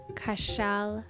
Kashal